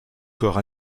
corps